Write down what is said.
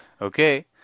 Okay